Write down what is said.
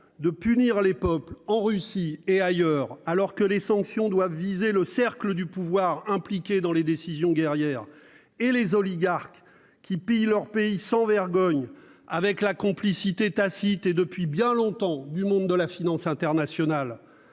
de punir les peuples, en Russie et ailleurs, alors que les sanctions doivent viser le cercle du pouvoir impliqué dans les décisions guerrières et les oligarques qui pillent leur pays sans vergogne, avec la complicité tacite- et depuis bien longtemps -du monde de la finance internationale.